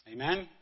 Amen